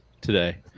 today